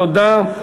תודה.